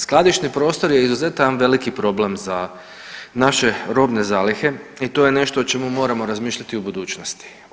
Skladišni prostor je izuzetno veliki problem za naše robne zalihe i to je nešto o čemu moramo razmišljati i u budućnosti.